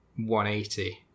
180